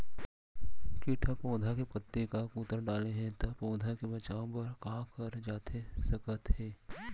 किट ह पौधा के पत्ती का कुतर डाले हे ता पौधा के बचाओ बर का करे जाथे सकत हे?